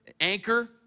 anchor